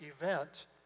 event